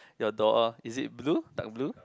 your door is it blue dark blue